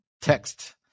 text